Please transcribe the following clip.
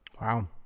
Wow